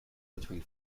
between